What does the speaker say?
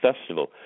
Festival